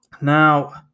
Now